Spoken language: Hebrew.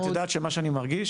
את יודעת שמה שאני מרגיש,